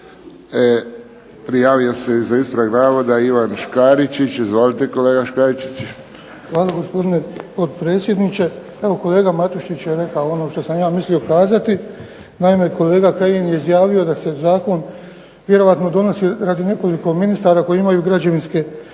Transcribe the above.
Prijavio se za ispravak navoda Ivan Škaričić. Izvolite kolega Škaričić. **Škaričić, Ivan (HDZ)** Hvala gospodine potpredsjedniče. Evo kolega Matušić je rako ono što sam ja mislio kazati. Naime, kolega Kajin je izjavio da se zakon vjerojatno donosi radi nekoliko ministara koji imaju građevinske